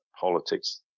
politics